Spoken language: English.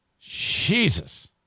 Jesus